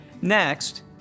Next